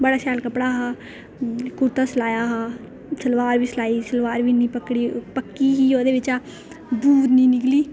बड़ा शैल कपड़ा हा कुरता सिलाया हा सलवार बी सिलवाई ही सलवार बी इन्नी पतली ही की ओह्दे बिच्चा बुर निं निकली